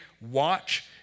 watch